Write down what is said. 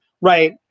Right